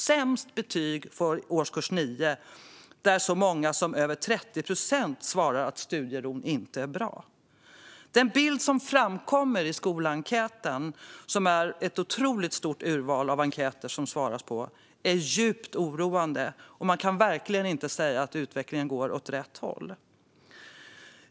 Sämst betyg får årskurs 9 där över 30 procent svarar att studieron inte är bra. Den bild som framkommer i Skolenkäten är djupt oroande - det är ett otroligt stort urval av enkäter som besvaras. Man kan verkligen inte säga att utvecklingen går åt rätt håll.